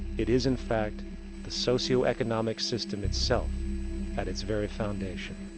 it is, in fact the socio-economic system itself at its very foundation.